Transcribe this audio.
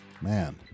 Man